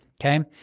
okay